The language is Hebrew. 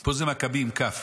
פה זה "מכבי" בכ"ף.